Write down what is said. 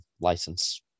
license